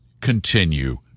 continue